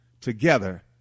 together